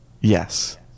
Yes